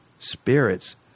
Spirits